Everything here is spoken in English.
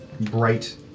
bright